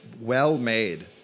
well-made